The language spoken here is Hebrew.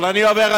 אבל אני אומר,